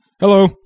Hello